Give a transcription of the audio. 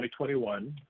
2021